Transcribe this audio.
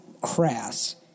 crass